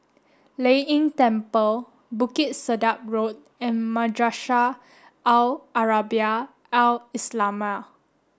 Lei Yin Temple Bukit Sedap Road and Madrasah Al Arabiah Al islamiah